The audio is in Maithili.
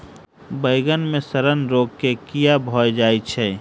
बइगन मे सड़न रोग केँ कीए भऽ जाय छै?